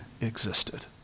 existed